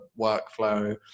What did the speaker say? workflow